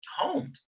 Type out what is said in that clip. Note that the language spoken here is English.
homes